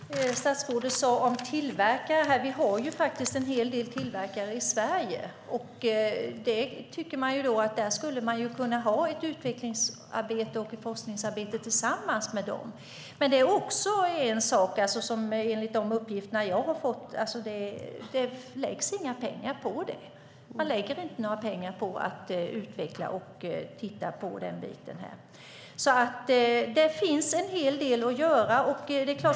Fru talman! Statsrådet talade om tillverkare här. Det finns ju en hel del tillverkare i Sverige. Man skulle kunna ha ett utvecklings och forskningsarbete tillsammans med dem. Enligt de uppgifter jag har fått läggs det dock inga pengar på det. Man lägger inte några pengar på att utveckla detta. Det finns alltså en hel del att göra.